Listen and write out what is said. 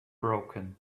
broken